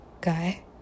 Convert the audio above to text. guy